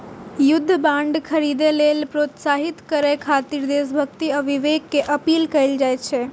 युद्ध बांड खरीदै लेल प्रोत्साहित करय खातिर देशभक्ति आ विवेक के अपील कैल जाइ छै